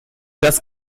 das